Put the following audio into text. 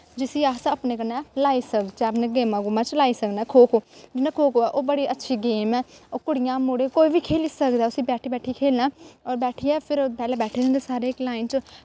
जिसी अस अपने कन्नै लाई सकचै अपनै कन्नै चलाई सकने खो खो ओह् बड़ी अच्छी गेम ऐ ओह् कुड़ियां मुड़े कोई बी खेढी सकदा बैठी बैठी खेढना ऐ और बैठियै फिर बैठे दे होंदे सारे इक लाईन च